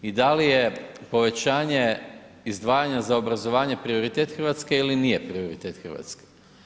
I da li je povećanje izdvajanja za obrazovanje prioritet Hrvatske ili nije prioritet Hrvatske.